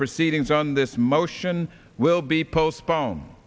proceedings on this motion will be postpone